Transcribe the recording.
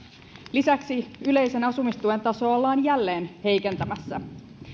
lisäksi yleisen asumistuen tasoa ollaan jälleen heikentämässä